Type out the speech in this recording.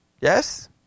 Yes